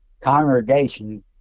congregation